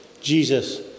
Jesus